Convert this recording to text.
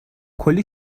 کلی